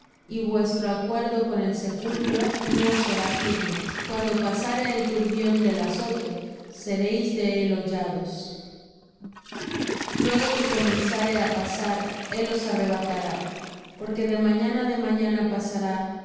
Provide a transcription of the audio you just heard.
y vuestro acuerdo con el sepulcro no será firme cuando pasare el turbión del azote seréis de él hollados luego que comenzare á pasar él os arrebatará porque de mañana de mañana pasará